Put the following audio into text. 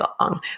long